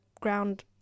ground